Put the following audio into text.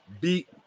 beat